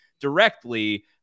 directly